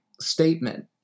statement